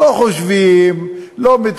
לא חושבים,